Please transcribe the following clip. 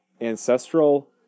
ancestral